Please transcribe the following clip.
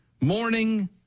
morning